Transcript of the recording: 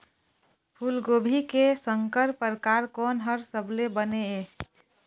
फूलगोभी के संकर परकार कोन हर सबले बने ये?